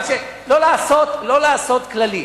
אבל לא לעשות כללים.